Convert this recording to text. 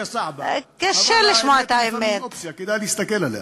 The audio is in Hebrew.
קשה לשמוע את האמת).